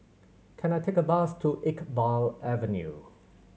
can I take a bus to Iqbal Avenue